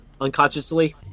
unconsciously